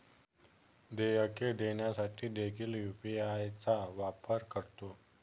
देयके देण्यासाठी देखील यू.पी.आय चा वापर करतो